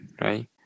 right